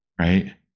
right